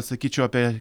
sakyčiau apie